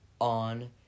on